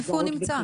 איפה הוא נמצא?